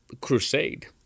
crusade